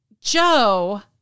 Joe